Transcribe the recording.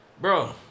Bro